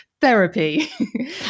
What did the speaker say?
therapy